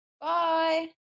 Bye